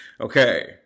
Okay